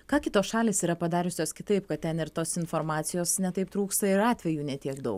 ką kitos šalys yra padariusios kitaip kad ten ir tos informacijos ne taip trūksta ir atvejų ne tiek daug